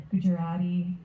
Gujarati